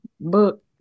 book